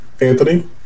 Anthony